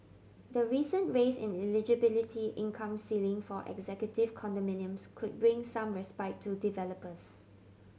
the recent raise in eligibility income ceiling for executive condominiums could bring some respite to developers